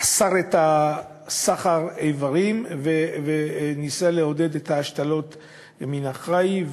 אסר את הסחר באיברים וניסה לעודד את ההשתלות מן החי.